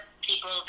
people